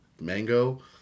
mango